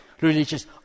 religious